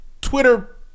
Twitter